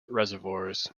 reservoirs